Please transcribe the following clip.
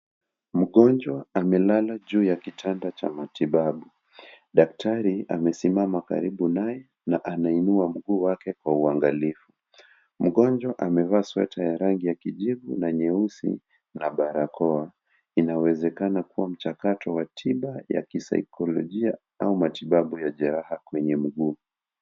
Mgonjwa amelala juu ya kitanda cha matibabu . Daktari amesimama karibu naye na anainua mguu wake kwa uangalifu . Mgonjwa amevaa sweta ya rangi ya kijivu na nyeusi na barakoa . Inawezekana kuwa mchakato wa tiba ya kisaikolojia au matibabu ya jeraha kwenye mguu.